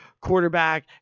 quarterback